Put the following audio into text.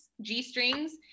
G-strings